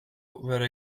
ვერ